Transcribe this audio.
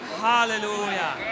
Hallelujah